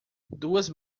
duas